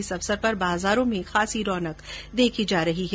इस अवसर पर बाजारों में रौनक देखी जा रही है